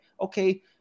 Okay